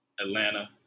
Atlanta